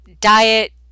Diet